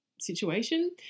situation